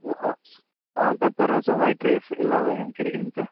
ஒ ஆ ஆ பெப்பர் ரசம் ஒயிட் ரைஸ் எல்லாம் கிடைக்குதுங்க சார்